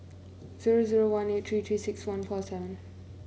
zero zero one eight three Three six one four seven